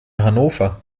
hannover